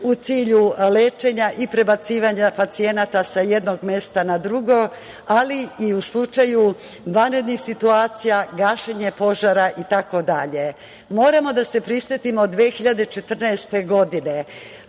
u cilju lečenja i prebacivanja pacijenata sa jednog mesta na drugo, ali i u slučaju vanrednih situacija, gašenje požara itd. Moramo da se prisetimo 2014. godine,